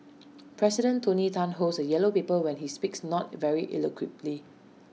president tony Tan holds A yellow paper when he speaks not very eloquently